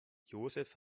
josef